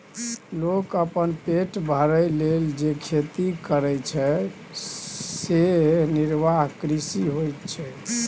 लोक अपन पेट भरय लेल जे खेती करय छै सेएह निर्वाह कृषि होइत छै